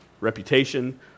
reputation